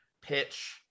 pitch